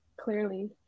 clearly